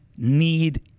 Need